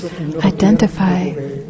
identify